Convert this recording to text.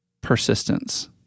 persistence